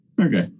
Okay